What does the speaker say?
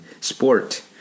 sport